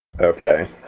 Okay